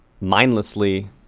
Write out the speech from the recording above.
mindlessly